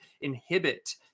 inhibit